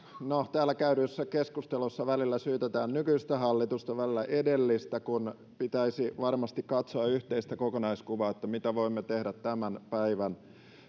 täällä käydyissä keskusteluissa välillä syytetään nykyistä hallitusta välillä edellistä kun pitäisi varmasti katsoa yhteistä kokonaiskuvaa mitä voimme tehdä tämän päivän